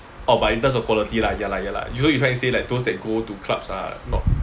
orh but in terms of quality lah ya lah ya lah you know you trying to say like those that go to clubs are not